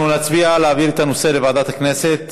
אנחנו נצביע על העברת הנושא לוועדת הכנסת.